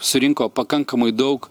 surinko pakankamai daug